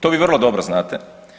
To vi vrlo dobro znate.